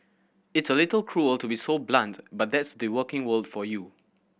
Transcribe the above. it's a little cruel to be so blunt but that's the working world for you